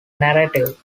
narrative